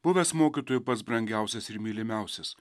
buvęs mokytojų pats brangiausias ir mylimiausias